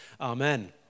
amen